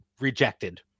rejected